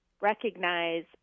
recognize